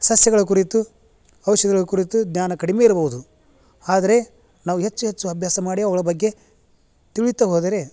ಸಸ್ಯಗಳ ಕುರಿತು ಔಷಧಿಗಳ ಕುರಿತು ಜ್ಞಾನ ಕಡಿಮೆ ಇರಬೋದು ಆದರೆ ನಾವು ಹೆಚ್ಚು ಹೆಚ್ಚು ಅಭ್ಯಾಸ ಮಾಡಿ ಅವುಗಳ ಬಗ್ಗೆ ತಿಳಿಯುತ್ತಾ ಹೋದರೆ